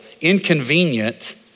inconvenient